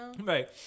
Right